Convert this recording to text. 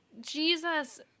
Jesus